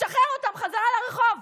משחרר אותם חזרה לרחוב,